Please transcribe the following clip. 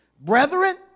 Brethren